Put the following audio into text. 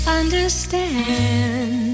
understand